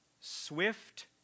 swift